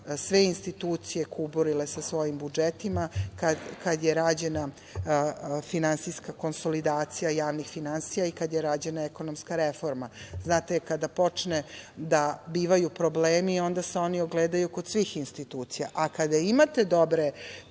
sve institucije kuburile sa svojim budžetima, kad je ređena finansijska konsolidacija javnih finansija i kad je rađena ekonomska reforma. Znate, kada počnu da bivaju problemi onda se oni ogledaju kod svih institucija, a kada imate dobre